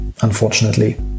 unfortunately